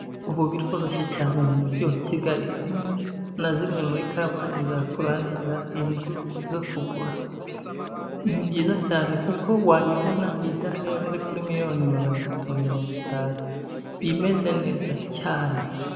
Ubu biroroshye cyane mu Mujyi wa Kigali, hano ni hamwe muri zimwe muri kampani zakurangira inzu zo kugura, ni byiza cyane kuko wayibona idahenze kuri miliyoni magana atatu mirongo itanu imeze neza cyane.